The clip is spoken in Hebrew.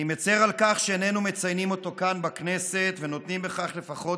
אני מצר על כך שאיננו מציינים אותו כאן בכנסת ונותנים בכך לפחות